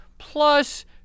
plus